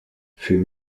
fut